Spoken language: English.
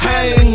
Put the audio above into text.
Hang